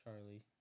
Charlie